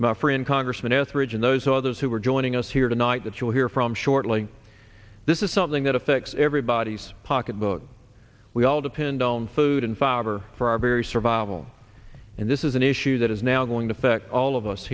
to my friend congressman etheridge and those others who are joining us here tonight that you'll hear from shortly this is something that affects everybody's pocketbook we all depend on food and fiber for our very survival and this is an issue that is now going to fact all of us